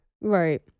right